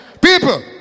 People